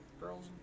girls